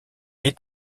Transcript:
est